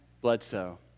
Bledsoe